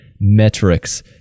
metrics